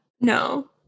No